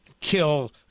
kill